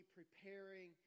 preparing